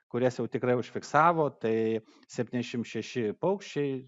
kurias jau tikrai užfiksavo tai septyniasdešimt šeši paukščiai